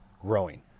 growing